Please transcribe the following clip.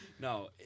No